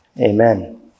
Amen